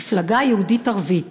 מפלגה יהודית-ערבית.